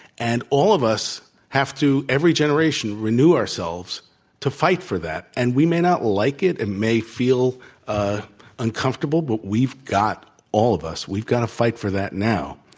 and all of us have to every generation renew ourselves to fight for that. and we may not like it. it and may feel ah uncomfortable, but we've got all of us, we've got to fight for that now.